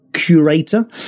curator